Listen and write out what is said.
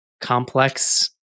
complex